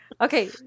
Okay